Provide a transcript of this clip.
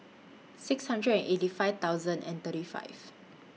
six hundred and eighty five thousand and thirty five